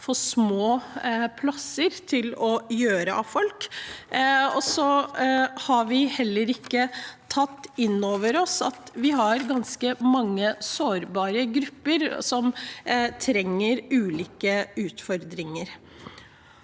for lite plass til å gjøre av folk. Vi har heller ikke tatt inn over oss at vi har ganske mange sårbare grupper som har ulike utfordringer.